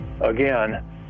again